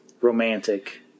romantic